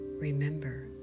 Remember